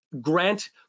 Grant